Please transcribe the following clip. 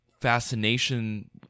fascination